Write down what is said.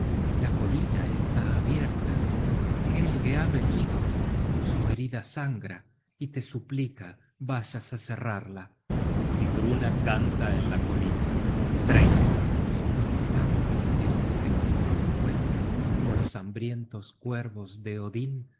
la colina está abierta helge ha venido su herida sangra y te suplica vayas á cerrarla sigruna canta en la colina estoy tan contenta de nuestro encuen pasando un dia